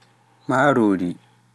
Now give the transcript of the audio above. marori